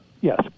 Yes